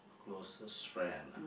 closest friend ah